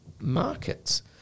markets